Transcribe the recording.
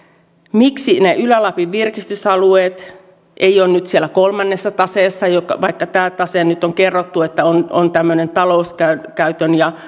miksi ne ylä lapin virkistysalueet eivät ole nyt siellä kolmannessa taseessa vaikka nyt on kerrottu että tämä tase on tämmöinen talouskäytön ja